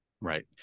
Right